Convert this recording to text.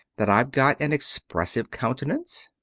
that i've got an expressive countenance.